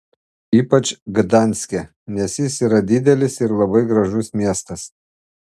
ypač gdanske nes jis yra didelis ir labai gražus miestas